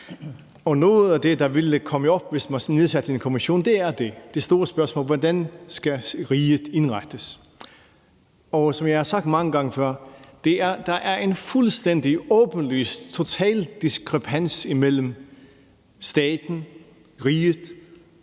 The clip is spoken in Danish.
Noget af det, der ville komme op, hvis man nedsatte en kommission, er altså det store spørgsmål: Hvordan skal riget indrettes? Og som jeg har sagt mange gange før, er der en fuldstændig åbenlys total diskrepans mellem staten, riget,